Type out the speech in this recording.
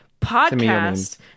Podcast